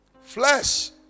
Flesh